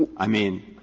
i mean